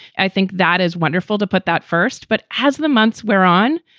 i think that is wonderful to put that first. but as the months wear on,